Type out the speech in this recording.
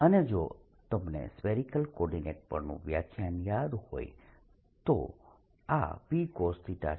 અને જો તમને સ્ફેરીકલ કોર્ડીનેટ્સ પરનું વ્યાખ્યાન યાદ હોય તો આ Pcos છે